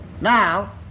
Now